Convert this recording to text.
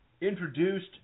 introduced